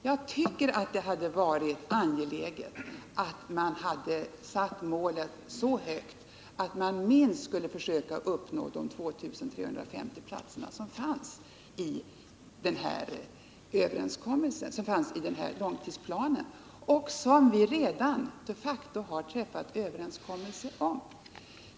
Jag tycker att det hade varit angeläget att sätta målet så högt att man försökte uppnå minst de 2 350 platser som fanns upptagna i långtidsplanen och som vi redan de facto har träffat överenskommelse om.